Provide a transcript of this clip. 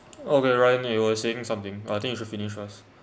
okay ryan you were saying something I think you should finish first